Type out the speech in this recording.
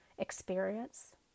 Experience